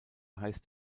heißt